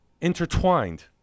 intertwined